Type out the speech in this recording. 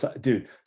Dude